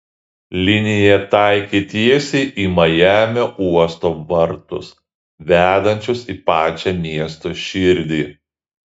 linija taikė tiesiai į majamio uosto vartus vedančius į pačią miesto širdį